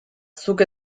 zuk